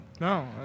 no